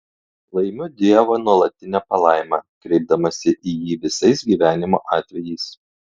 laimiu dievo nuolatinę palaimą kreipdamasi į jį visais gyvenimo atvejais